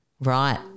Right